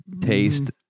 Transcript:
taste